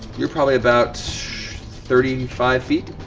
you're probably about thirty five feet.